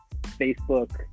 Facebook